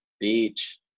Beach